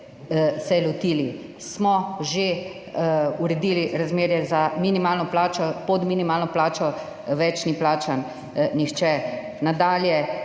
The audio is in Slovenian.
niste lotili, že smo uredili razmerje za minimalno plačo, pod minimalno plačo ni več plačan nihče. Nadalje.